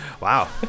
Wow